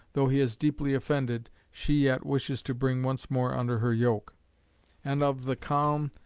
though he has deeply offended, she yet wishes to bring once more under her yoke and of the calm,